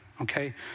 Okay